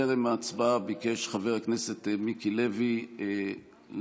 טרם ההצבעה ביקש חבר הכנסת מיקי לוי לדבר.